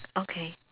okay